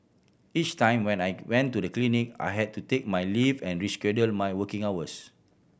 each time when I went to the clinic I had to take my leave and rescheduled my working hours